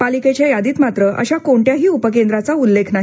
पालिकेच्या यादीत मात्र अशा कोणत्याही उपकेंद्राचा उल्लेख नाही